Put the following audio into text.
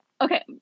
Okay